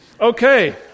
okay